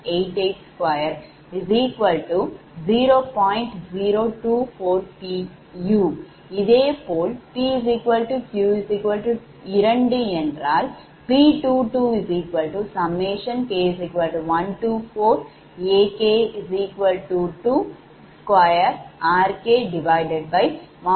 u இதேபோல் pq2 என்றால் B22K14AK22RKV22COS2∅2R1A122R2A222R3A322R4A422|V2|2COS2 ∅20